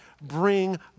bring